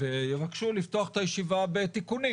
ויבקשו לפתוח את הישיבה בתיקונים